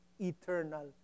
eternal